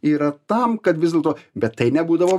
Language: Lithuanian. yra tam kad vis dėlto bet tai nebūdavo